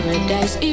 Paradise